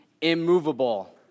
immovable